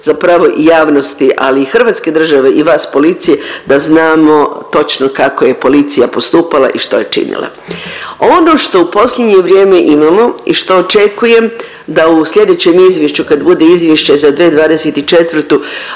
zapravo i javnosti, ali i Hrvatske države i vas policije da znamo točno kako je policija postupala i što je učinila. Ono što u posljednje vrijeme imamo i što očekujem da u sljedećem izvješću kad bude izvješće za 2024.